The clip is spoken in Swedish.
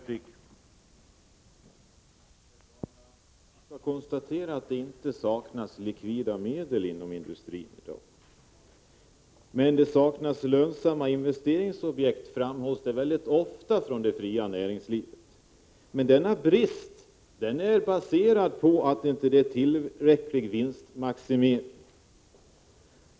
Herr talman! Vi kan konstatera att det inte saknas likvida medel inom industrin i dag. Men från det fria näringslivet framhåller man väldigt ofta att det saknas lönsamma investeringsobjekt. Denna brist är baserad på att man inte har tillräcklig vinstmaximering.